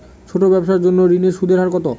ছোট ব্যবসার জন্য ঋণের সুদের হার কত?